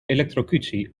elektrocutie